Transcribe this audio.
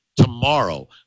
tomorrow